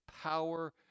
power